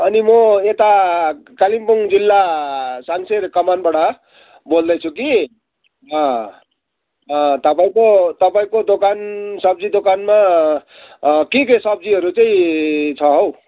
अनि म यता कालिम्पोङ जिल्ला साङ्से कमानबाट बोल्दैछु कि अँ अँ तपाईँको तपाईँको दोकान सब्जी दोकानमा के के सब्जीहरू चाहिँ छ हौ